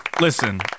Listen